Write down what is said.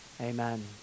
Amen